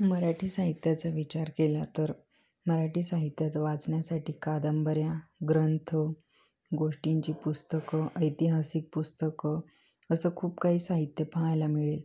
मराठी साहित्याचा विचार केला तर मराठी साहित्याचा वाचण्यासाठी कादंबऱ्या ग्रंथ गोष्टींची पुस्तकं ऐतिहासिक पुस्तकं असं खूप काही साहित्य पाहायला मिळेल